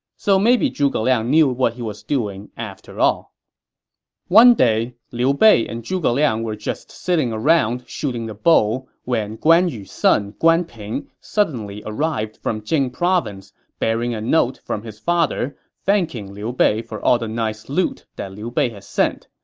so maybe zhuge liang knew what he was doing after all one day, liu bei and zhuge liang were just sitting around shooting the bull. guan yu's son guan ping suddenly arrived from jing province, bearing a note from his father thanking liu bei for all the nice loot liu bei had sent.